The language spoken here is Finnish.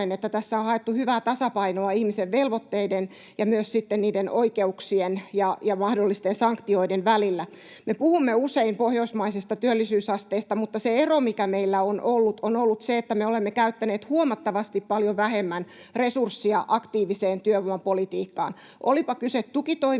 että tässä on haettu hyvää tasapainoa ihmisen velvoitteiden ja myös sitten niiden oikeuksien ja mahdollisten sanktioiden välillä. Me puhumme usein pohjoismaisesta työllisyysasteesta, mutta se ero, mikä meillä on ollut, on ollut se, että me olemme käyttäneet huomattavasti paljon vähemmän resurssia aktiiviseen työvoimapolitiikkaan, olipa kyse tukitoimista